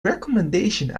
recommendation